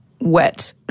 Wet